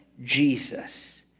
Jesus